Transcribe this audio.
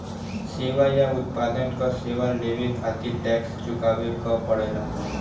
सेवा या उत्पाद क सेवा लेवे खातिर टैक्स चुकावे क पड़ेला